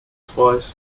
twice